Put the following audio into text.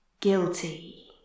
guilty